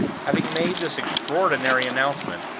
having made this extraordinary announcement,